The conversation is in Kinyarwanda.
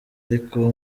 ariko